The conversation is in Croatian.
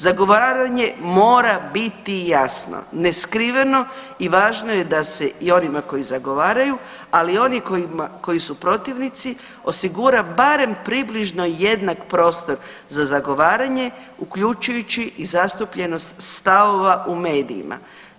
Zagovaranje mora biti jasno, neskriveno i važno je da se i onima koji zagovaraju, ali i oni koji su protivnici osigura barem približno jednak prostor za zagovaranje uključujući i zastupljenost stavova u medijima.